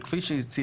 אבל כפי שציינתי,